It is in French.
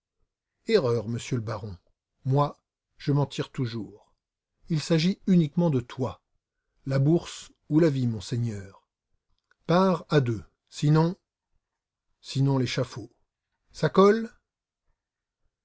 erreur monsieur le baron moi je m'en tire toujours il s'agit uniquement de toi la bourse ou la vie monseigneur part à deux sinon sinon l'échafaud ça colle